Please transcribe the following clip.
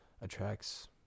attracts